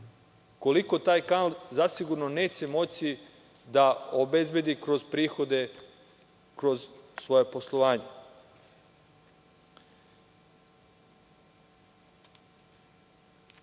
koliko taj kanal zasigurno neće moći da obezbedi kroz prihode, kroz svoje poslovanje. Postoji